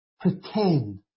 pretend